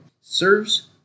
Serves